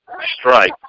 Strike